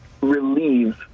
relieve